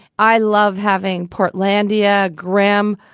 i love having portlandia. graham,